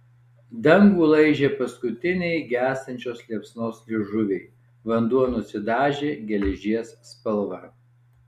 dangų laižė paskutiniai gęstančios liepsnos liežuviai vanduo nusidažė geležies spalva